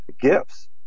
gifts